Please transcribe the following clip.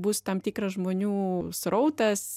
bus tam tikras žmonių srautas